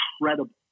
incredible